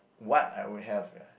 what I would have